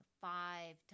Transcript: five